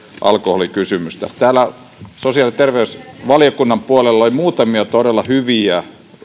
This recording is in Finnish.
alkoholikysymystä sosiaali ja terveysvaliokunnan puolella oli muutamia todella hyviä